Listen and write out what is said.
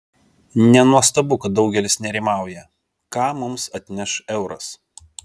nenuostabu kad daugelis nerimauja ką mums atneš euras